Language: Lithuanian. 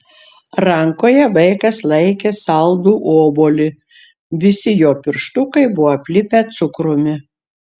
rankoje vaikas laikė saldų obuolį visi jo pirštukai buvo aplipę cukrumi